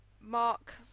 Mark